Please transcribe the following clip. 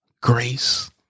grace